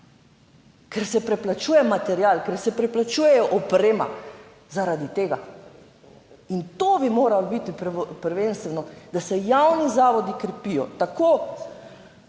ker se preplačuje material, ker se preplačuje oprema, zaradi tega. In to bi moralo biti prvenstveno, da se javni zavodi krepijo, tako,